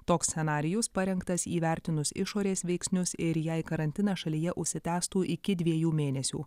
toks scenarijus parengtas įvertinus išorės veiksnius ir jei karantinas šalyje užsitęstų iki dviejų mėnesių